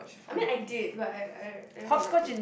I mean I did but I I I never liked it